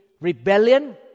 rebellion